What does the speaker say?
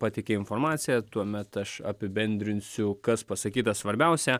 pateikė informaciją tuomet aš apibendrinsiu kas pasakyta svarbiausia